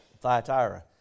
Thyatira